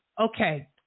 okay